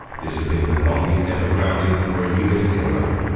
this has been the longest ever grounding for a u s. airliner.